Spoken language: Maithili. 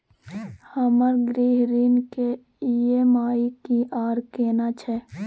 हमर गृह ऋण के ई.एम.आई की आर केना छै?